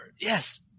Yes